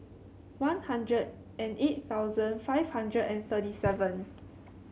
One Hundred and eight thousand five hundred and thirty seven